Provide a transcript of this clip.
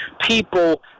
people